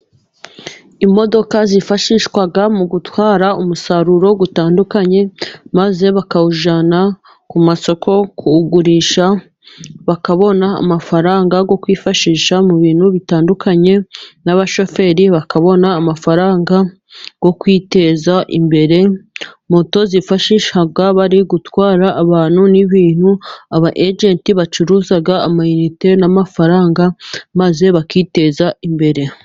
Imodoka zifashishwa mu gutwara umusaruro utandukanye, maze bakawujyana ku masoko kuwugurisha, bakabona amafaranga yo kwifashisha mu bintu bitandukanye, n'abashoferi bakabona amafaranga yo kwiteza imbere, moto zifashishwa bari gutwara abantu n'ibintu, aba ejenti bacuruza ama inite n'amafaranga, maze bakiteza imbere.